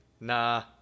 nah